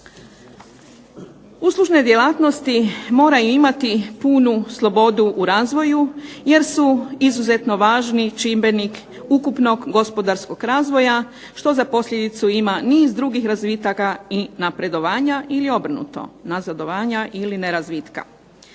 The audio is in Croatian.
Uslužne djelatnosti moraju imati punu slobodu u razvoju jer su izuzetno važni čimbenik ukupnog gospodarskog razvoja što za posljedicu ima niz drugih razvitaka i napredovanja ili obrnuto, nazadovanja ili nerazvitka.